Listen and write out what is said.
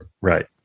Right